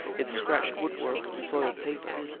its scratched woodwork, and soiled paper,